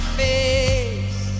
face